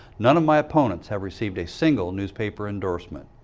none of my opponents have received a single newspaper endorsement.